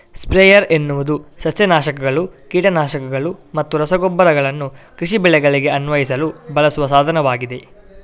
sprayer ಎನ್ನುವುದು ಸಸ್ಯ ನಾಶಕಗಳು, ಕೀಟ ನಾಶಕಗಳು ಮತ್ತು ರಸಗೊಬ್ಬರಗಳನ್ನು ಕೃಷಿ ಬೆಳೆಗಳಿಗೆ ಅನ್ವಯಿಸಲು ಬಳಸುವ ಸಾಧನವಾಗಿದೆ